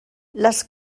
les